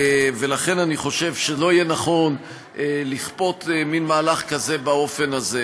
ולכן אני חושב שלא יהיה נכון לכפות מין מהלך כזה באופן הזה.